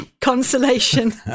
consolation